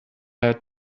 had